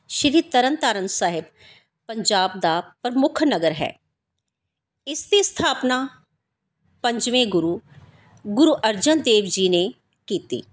ਸ਼੍ਰੀ ਤਰਨ ਤਾਰਨ ਸਾਹਿਬ ਪੰਜਾਬ ਦਾ ਪ੍ਰਮੁੱਖ ਨਗਰ ਹੈ ਇਸ ਦੀ ਸਥਾਪਨਾ ਪੰਜਵੇਂ ਗੁਰੂ ਗੁਰੂ ਅਰਜਨ ਦੇਵ ਜੀ ਨੇ ਕੀਤੀ